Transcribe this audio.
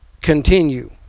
continue